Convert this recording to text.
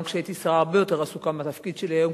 גם כשהייתי שרה הרבה יותר עסוקה מבתפקיד שלי היום,